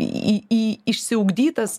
į į išsiugdytas